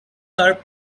our